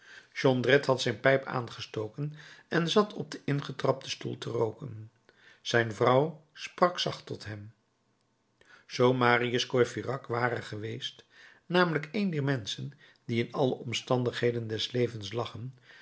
jondrette had zijn pijp aangestoken en zat op den ingetrapten stoel te rooken zijn vrouw sprak zacht tot hem zoo marius courfeyrac ware geweest namelijk een dier menschen die in alle omstandigheden des levens lachen